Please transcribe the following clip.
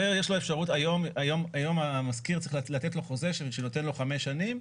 היום המשכיר צריך לתת חוזה שנותן חמש שנים,